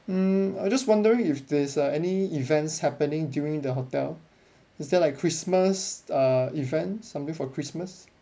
mm I just wondering if there's uh any events happening during the hotel is there like christmas err event something for christmas